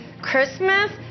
Christmas